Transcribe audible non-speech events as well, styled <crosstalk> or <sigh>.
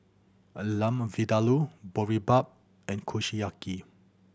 <unintelligible> Lamb Vindaloo Boribap and Kushiyaki